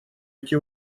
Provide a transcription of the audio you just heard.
эти